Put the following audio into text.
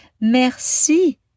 Merci